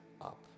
up